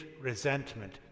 resentment